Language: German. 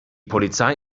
polizei